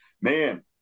man